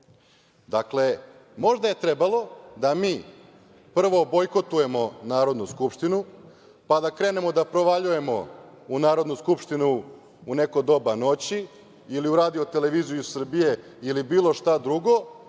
Možda je trebalo da mi prvo bojkotujemo Narodnu skupštinu, pa da krenemo da provaljujemo u Narodnu skupštinu u neko doba noći ili u Radio televiziju Srbije ili bilo šta drugo,